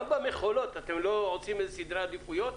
במכולות אתם לא עושים סדרי עדיפויות?